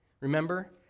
Remember